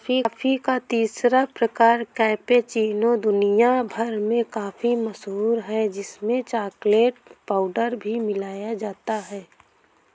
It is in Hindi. कॉफी का तीसरा प्रकार कैपेचीनो दुनिया भर में काफी मशहूर है जिसमें चॉकलेट पाउडर भी मिलाया जाता है